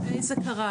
מתי זה קרה?